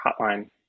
hotline